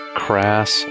crass